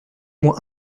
moins